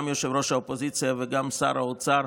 גם ראש האופוזיציה וגם שר האוצר,